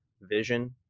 vision